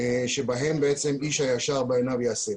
שבהן בעצם איש הישר בעיניו יעשה.